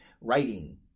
writing